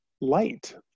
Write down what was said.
light